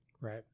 Right